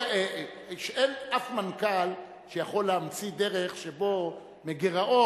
אין מנכ"ל שיכול להמציא דרך שבה מגירעון,